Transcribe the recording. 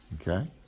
okay